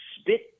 spit